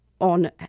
on